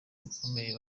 bakomeye